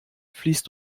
fließt